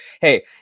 hey